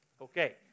Okay